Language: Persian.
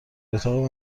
اتاق